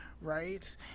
right